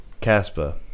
CASPA